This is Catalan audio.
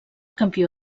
campió